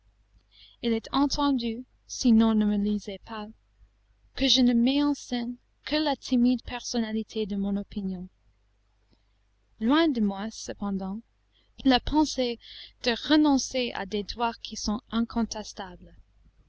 il est entendu sinon ne me lisez pas que je ne mets en scène que la timide personnalité de mon opinion loin de moi cependant la pensée de renoncer à des droits qui sont incontestables